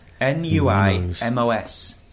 N-U-I-M-O-S